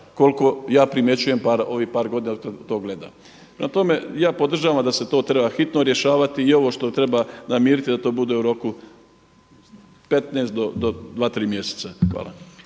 koliko ja primjećujem bar ovih par godina kad to gledam. Prema tome, ja podržavam da se to treba hitno rješavati i ovo što treba namiriti da to bude u roku 15 do 2, 3 mjeseca. Hvala.